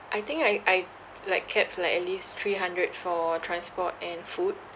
I think I I like kept like at least three hundred for transport and food